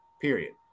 period